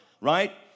right